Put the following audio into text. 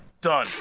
Done